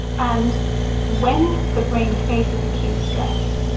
and when the brain faces acute stress,